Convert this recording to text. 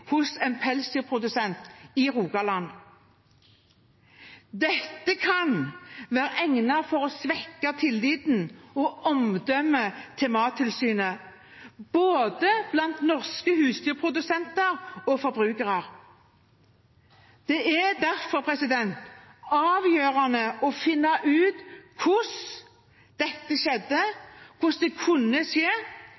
hos en pelsdyrprodusent i Rogaland. Dette kan være egnet til å svekke tilliten og omdømmet til Mattilsynet, både blant norske husdyrprodusenter og blant forbrukere. Det er derfor avgjørende å finne ut hvordan dette skjedde,